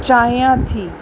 चाहियां थी